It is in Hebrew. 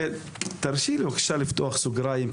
תרשי לי בבקשה לפתוח סוגריים,